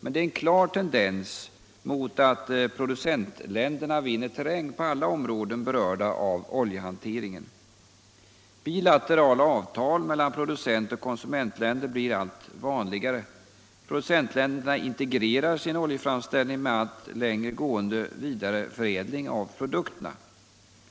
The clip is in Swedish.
Men det är en klar tendens mot att producentländerna vinner terräng på alla områden berörda av oljehanteringen. Bilaterala avtal mellan producentoch konsumentländer blir allt vanligare. Producentländerna integrerar sin oljeframställning med allt längre gående vidareförädling av produkterna.